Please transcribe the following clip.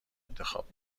انتخاب